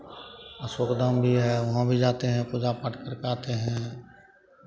अशोक धाम भी है वहाँ भी जाते हैं पूजा पाठ करके आते हैं